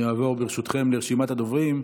ברשותכם אעבור לרשימת הדוברים.